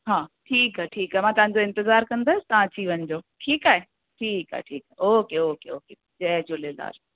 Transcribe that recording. हा ठीकु आहे ठीकु आहे मां तव्हांजो इंतज़ार कंदसि तव्हां अची वञिजो ठीकु आहे ठीकु आहे ठीकु आहे ओके ओके ओके जय झूलेलाल